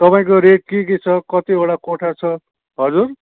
तपाईँको रेट के के छ कतिवटा कोठा छ हजुर